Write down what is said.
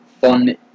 fun